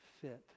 fit